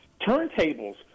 turntables